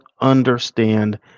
understand